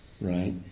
right